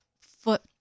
foot